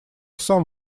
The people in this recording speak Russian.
сам